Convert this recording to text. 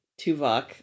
Tuvok